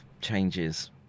changes